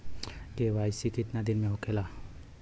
KYC कितना दिन में होले?